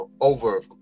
over